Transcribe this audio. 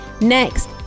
next